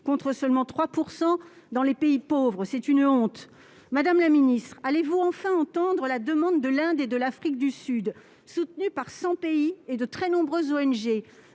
contre seulement 3 % dans les pays pauvres. C'est une honte ! Monsieur le secrétaire d'État, allez-vous enfin entendre la demande de l'Inde et de l'Afrique du Sud, soutenue par 100 pays et de très nombreuses ONG,